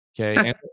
Okay